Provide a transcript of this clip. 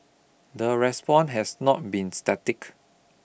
the response has not be static